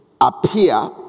appear